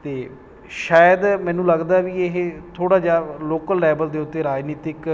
ਅਤੇ ਸ਼ਾਇਦ ਮੈਨੂੰ ਲੱਗਦਾ ਵਈ ਇਹ ਥੋੜ੍ਹਾ ਜਿਹਾ ਲੋਕਲ ਲੈਵਲ ਦੇ ਉੱਤੇ ਰਾਜਨੀਤਿਕ